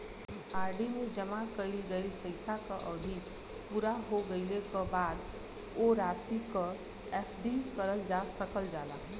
RD में जमा कइल गइल पइसा क अवधि पूरा हो गइले क बाद वो राशि क एफ.डी करल जा सकल जाला